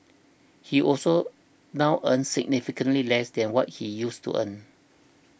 he also now earns significantly less than what he used to earn